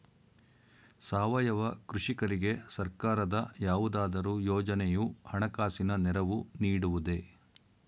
ಸಾವಯವ ಕೃಷಿಕರಿಗೆ ಸರ್ಕಾರದ ಯಾವುದಾದರು ಯೋಜನೆಯು ಹಣಕಾಸಿನ ನೆರವು ನೀಡುವುದೇ?